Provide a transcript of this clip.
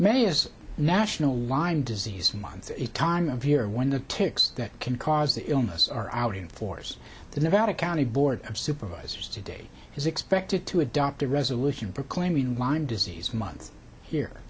may is national lyme disease month at a time of year when the ticks that can cause the illness are out in force the nevada county board of supervisors today is expected to adopt a resolution proclaiming lyme disease months here